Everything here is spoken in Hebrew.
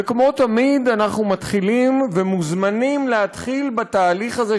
וכמו תמיד אנחנו מתחילים ומוזמנים להתחיל בתהליך הזה,